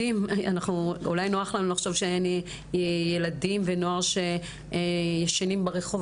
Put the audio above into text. נוח לנו לחשוב שאין ילדים ונוער שישנים רוחב,